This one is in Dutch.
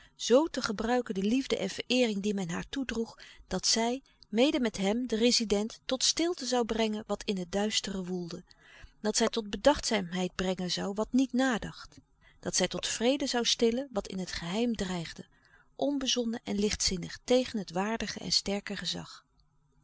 zoo te gebruiken de liefde en vereering die men haar toedroeg dat zij mede met hem den rezident tot stilte zoû brengen wat in het duistere woelde dat zij tot bedachtzaamheid brengen zoû wat niet nadacht dat zij tot vrede zoû stillen wat in het geheim dreigde onbezonnen en lichtzinnig tegen het waardige en sterke gezag